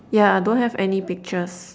yeah don't have any pictures